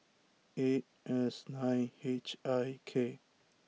eight S nine H I K